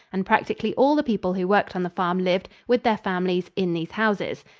and practically all the people who worked on the farm lived, with their families, in these houses.